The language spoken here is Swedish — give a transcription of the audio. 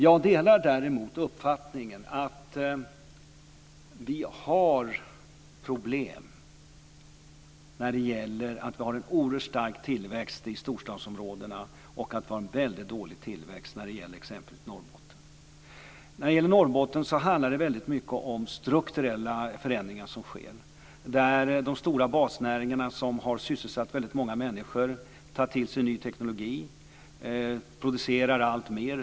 Jag delar däremot uppfattningen att vi har problem med en oerhört stark tillväxt i storstadsområdena och en väldigt dålig tillväxt i exempelvis Norrbotten. När det gäller Norrbotten handlar det väldigt mycket om att det sker strukturella förändringar. De stora basnäringarna som har sysselsatt väldigt många människor tar till sig ny teknik och producerar alltmer.